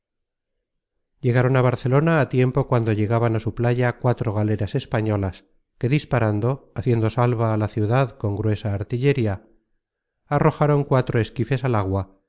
llegaron á barcelona á tiempo cuando llegaban á su playa cuatro galeras españolas que disparando haciendo salva á la ciudad con gruesa artillería arrojaron cuatro esquifes al agua